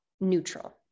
neutral